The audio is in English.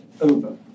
over